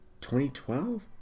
2012